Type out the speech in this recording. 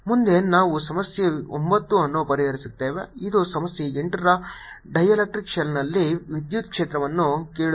ಮುಂದೆ ನಾವು ಸಮಸ್ಯೆ 9 ಅನ್ನು ಪರಿಹರಿಸುತ್ತೇವೆ ಇದು ಸಮಸ್ಯೆ 8 ರ ಡೈಎಲೆಕ್ಟ್ರಿಕ್ ಶೆಲ್ನಲ್ಲಿ ವಿದ್ಯುತ್ ಕ್ಷೇತ್ರವನ್ನು ಕೇಳುತ್ತಿದೆ